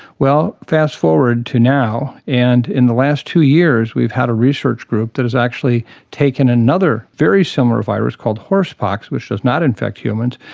well, fast forward to now, and in the last two years we've had a research group that has actually taken another very similar virus called horsepox, which does not infect humans,